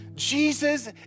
Jesus